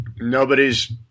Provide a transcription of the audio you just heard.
nobody's